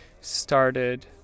started